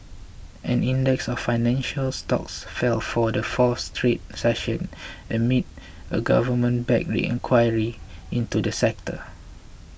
an index of financial stocks fell for the fourth straight session amid a government backed inquiry into the sector